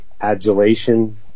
adulation